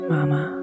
Mama